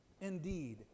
indeed